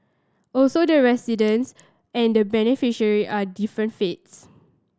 also the residents and beneficiary are different faiths